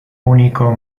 único